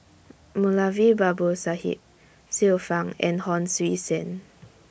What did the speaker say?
Moulavi Babu Sahib Xiu Fang and Hon Sui Sen